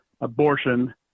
abortion